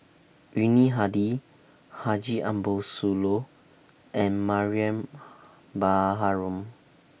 Yuni Hadi Haji Ambo Sooloh and Mariam Baharom